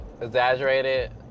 exaggerated